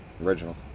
Original